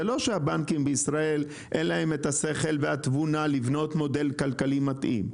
זה לא שלבנקים בישראל אין את השכל והתבונה לבנות מודל כלכלי מתאים.